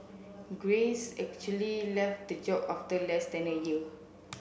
grace actually left the job after less than a year